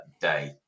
day